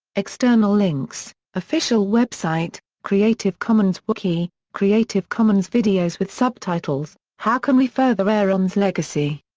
external links official website creative commons wiki creative commons videos with subtitles how can we further aaron's legacy?